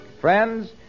Friends